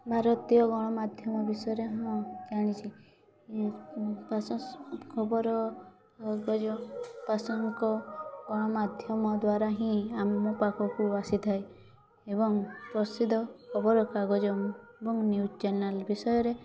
ଭାରତୀୟ ଗଣମାଧ୍ୟମ ବିଷୟରେ ମୁଁ ଜାଣିଛି ଖବର ପ୍ରାସଙ୍ଗିକ ଗଣମାଧ୍ୟମ ଦ୍ୱାରା ହିଁ ଆମ ପାଖକୁ ଆସିଥାଏ ଏବଂ ପ୍ରସିଦ୍ଧ ଖବରକାଗଜ ଏବଂ ନ୍ୟୁଜ୍ ଚ୍ୟାନେଲ୍ ବିଷୟରେ